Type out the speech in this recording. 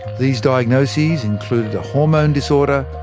these diagnoses included a hormone disorder,